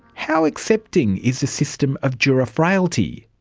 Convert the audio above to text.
how accepting is the system of juror frailty?